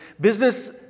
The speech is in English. business